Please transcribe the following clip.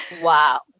wow